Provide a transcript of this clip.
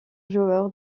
joueur